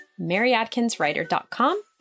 maryadkinswriter.com